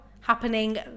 happening